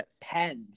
pens